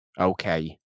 okay